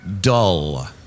dull